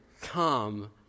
come